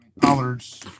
Pollard's